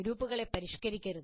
ഗ്രൂപ്പുകളെ പരിഷ്കരിക്കരുത്